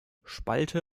spalte